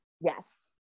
Yes